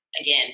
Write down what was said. again